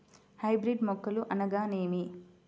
Hybrid మొక్కలు అనగానేమి?